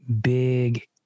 big